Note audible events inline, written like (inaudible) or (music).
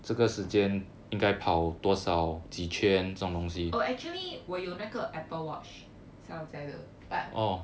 uh actually 我有那个 apple (noise) 的 but